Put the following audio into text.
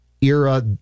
era